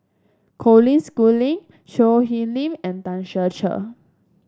Colin Schooling Choo Hwee Lim and Tan Ser Cher